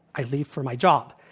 i leave for my job.